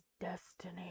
destiny